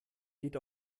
geht